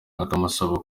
akamusaba